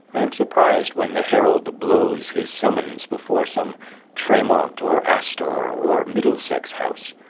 i am surprised when the herald blows his summons before some tremont or astor or middlesex house,